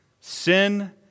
Sin